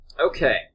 Okay